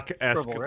esque